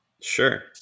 Sure